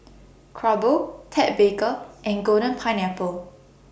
Crumpler Ted Baker and Golden Pineapple